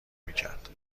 میکرد